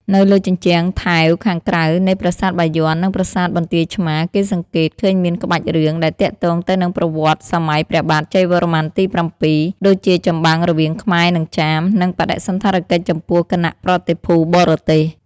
នៅ លើជញ្ជាំងថែវខាងក្រៅនៃប្រាសាទបាយ័ននិងប្រាសាទបន្ទាយឆ្មារ គេសង្កេត ឃើញមានក្បាច់រឿងដែលទាក់ទងទៅនឹងប្រវត្តិសម័យព្រះបាទជ័យវរ្ម័នទី ៧ ដូចជាចម្បាំងរវាងខ្មែរនិងចាម និងបដិសណ្ឋារកិច្ចចំពោះគណៈប្រតិភូបរទេស។